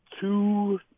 two